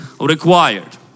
required